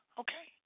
okay